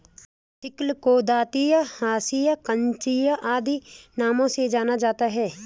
sickle को दँतिया, हँसिया, कचिया आदि नामों से जाना जाता है